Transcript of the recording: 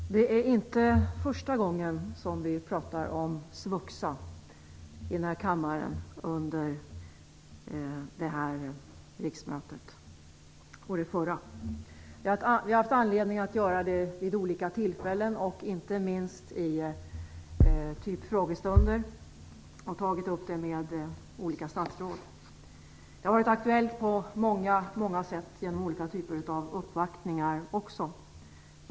Fru talman! Det är inte första gången som vi pratar om svuxa i kammaren under det här riksmötet, och under det förra. Vi har haft anledning att göra det vid olika tillfällen, inte minst i frågestunder, då vi har tagit upp det med olika statsråd. Det har också varit aktuellt på många sätt genom olika typer av uppvaktningar.